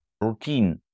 routine